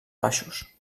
baixos